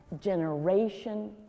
generation